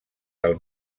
del